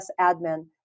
admin